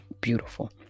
beautiful